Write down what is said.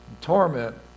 torment